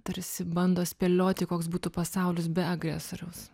tarsi bando spėlioti koks būtų pasaulis be agresoriaus